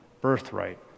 birthright